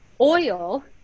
oil